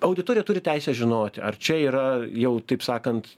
auditorija turi teisę žinoti ar čia yra jau taip sakant